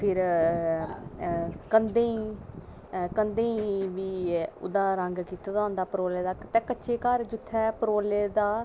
फिर कंधै ई रंग कीते दा होंदा परोलै दा ते इत्थें परोलै दा